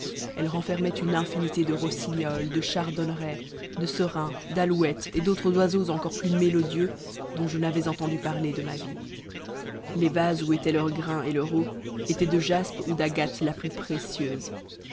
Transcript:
elle renfermait une infinité de rossignols de chardonnerets de serins d'alouettes et d'autres oiseaux encore plus harmonieux dont je n'avais entendu parler de ma vie les vases où étaient leur grain et leur eau étaient de jaspe ou d'agate la plus précieuse